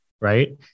right